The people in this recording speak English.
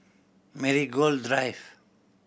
Marigold Drive